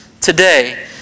today